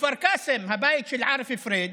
בכפר קאסם, הבית של עארף פריג',